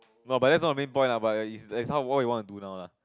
but but that's no the main point lah but is is now what you want to do now lah